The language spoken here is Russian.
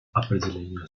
определение